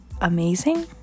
amazing